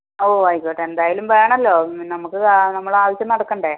ഓ ആയിക്കോട്ടെ എന്തായാലും വേണല്ലോ നമുക്ക് നമ്മളുടെ ആവശ്യം നടക്കണ്ടേ